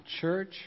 church